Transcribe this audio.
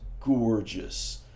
gorgeous